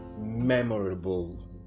memorable